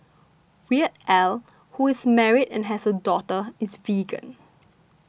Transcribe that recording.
Weird Al who is married and has a daughter is vegan